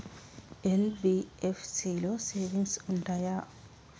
NBFC లో savings ఉంటయా?